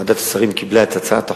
ועדת השרים קיבלה את הצעת החוק,